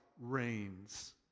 reigns